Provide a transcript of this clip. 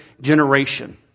generation